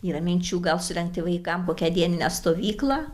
yra minčių gal surengti vaikam kokią dieninę stovyklą